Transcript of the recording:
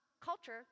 culture